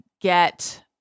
get